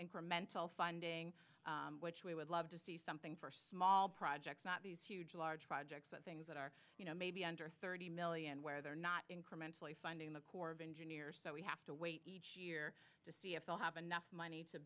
incremental funding which we would love to see something for small projects not these huge large projects but things that are you know maybe under thirty million where they're not incrementally finding the corps of engineers so we have to wait each year to see if they'll have enough money to